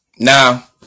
Now